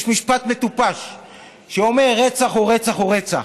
יש משפט מטופש שאומר: רצח הוא רצח הוא רצח.